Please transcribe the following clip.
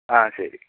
ആ ശരി